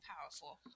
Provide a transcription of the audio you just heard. powerful